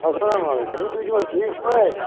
اَسلام علیکُم ہے تُہۍ چھِو حظ ٹھیٖک پٲٹھۍ